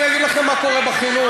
אני אגיד לכם מה קורה בחינוך.